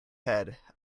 head